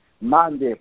Mande